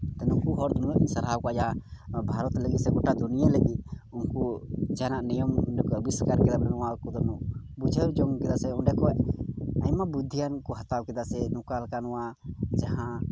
ᱟᱫᱚ ᱱᱩᱠᱩ ᱦᱚᱲ ᱫᱚ ᱱᱩᱱᱟᱹᱜ ᱤᱧ ᱥᱟᱨᱦᱟᱣ ᱠᱚᱣᱟ ᱡᱟᱦᱟᱸ ᱵᱷᱟᱨᱚᱛ ᱞᱟᱹᱜᱤᱫ ᱥᱮ ᱜᱚᱴᱟ ᱫᱩᱱᱤᱟᱹ ᱞᱟᱹᱜᱤᱫ ᱩᱱᱠᱩ ᱡᱟᱦᱟᱱ ᱱᱤᱭᱚᱢ ᱚᱸᱰᱮ ᱠᱚ ᱟᱹᱵᱤᱥᱠᱟᱨ ᱠᱮᱫᱟ ᱱᱚᱣᱟ ᱠᱚᱫᱚ ᱠᱚ ᱵᱩᱡᱷᱟᱹᱣ ᱧᱟᱢ ᱠᱮᱫᱟ ᱥᱮ ᱚᱸᱰᱮ ᱠᱷᱚᱡ ᱟᱭᱢᱟ ᱵᱩᱫᱽᱫᱷᱤᱭᱟᱱ ᱠᱚ ᱦᱟᱛᱟᱣ ᱠᱮᱫᱟ ᱥᱮ ᱱᱚᱝᱠᱟ ᱞᱮᱠᱟ ᱱᱚᱣᱟ ᱡᱟᱦᱟᱸ